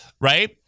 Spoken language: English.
right